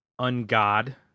Ungod